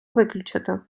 виключити